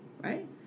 right